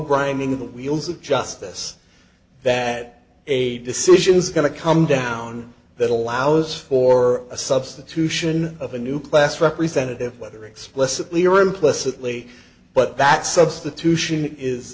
grinding of the wheels of justice that a decision is going to come down that allows for a substitution of a new class representative whether explicitly or implicitly but that substitution is